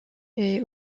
est